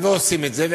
ועושים את זה,